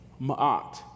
ma'at